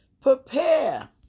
prepare